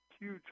huge